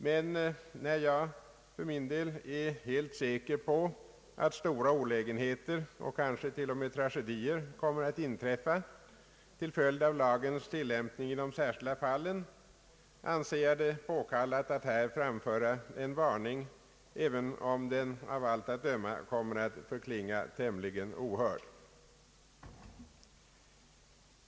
Men då jag för min del är helt säker på att stora olägenheter, och kanske t.o.m. tragedier, kommer att inträffa till följd av lagens tillämpning i de särskilda fallen, anser jag det påkallat att här framföra en varning, även om den av allt att döma kommer att förklinga tämligen ohörd.